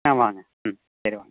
ஆ வாங்க ம் சரி வாங்க